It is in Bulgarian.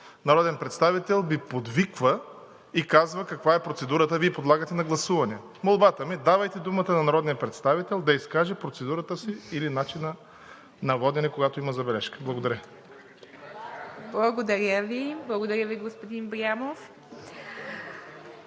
народен представител ми подвиква и казва каква е процедурата, а Вие я подлагате на гласуване. Молбата ми е – давайте думата на народния представител да изкаже процедурата си или по начина на водене, когато има забележка. Благодаря. ПРЕДСЕДАТЕЛ ИВА МИТЕВА: Благодаря Ви, господин Ибрямов.